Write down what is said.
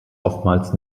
oftmals